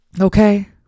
Okay